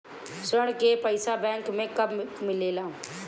ऋण के पइसा बैंक मे कब मिले ला?